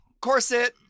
corset